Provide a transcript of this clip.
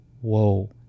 Whoa